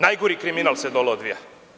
Najgori kriminal se dole odvija.